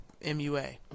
MUA